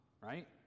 right